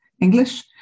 English